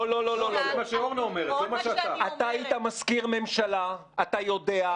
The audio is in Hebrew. אתה היית מזכיר ממשלה, אתה יודע,